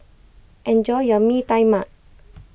enjoy your Mee Tai Mak